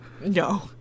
No